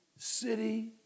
City